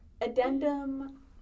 addendum